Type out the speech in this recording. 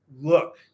Look